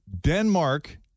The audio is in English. denmark